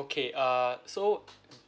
okay uh so